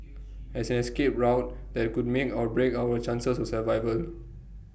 as escape route that could make or break our chances of survival